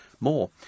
More